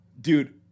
dude